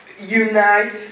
unite